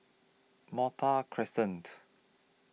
Malta Crescent